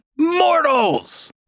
mortals